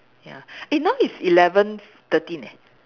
ya eh now it's eleven thirteen eh